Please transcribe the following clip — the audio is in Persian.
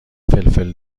فلفل